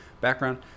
background